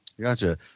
Gotcha